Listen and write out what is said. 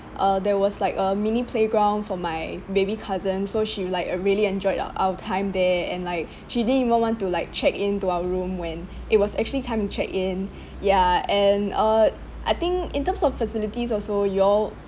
uh there was like a mini playground for my baby cousin so she like uh really enjoyed uh our time there and like she didn't even want to like check in to our room when it was actually time to check in ya and uh I think in terms of facilities also your